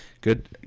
good